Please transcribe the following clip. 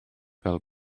fel